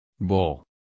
bowl